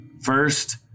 First